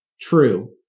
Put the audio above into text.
True